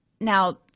Now